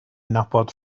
nabod